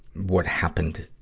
what happened,